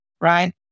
right